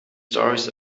stories